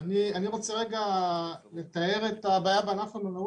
אני רוצה רגע לתאר את הבעיה בענף המלונאות.